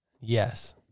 Yes